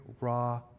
raw